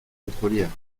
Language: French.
pétrolières